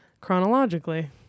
chronologically